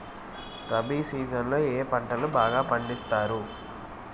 rabi season లో ఏ పంటలు బాగా పండిస్తారు